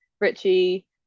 richie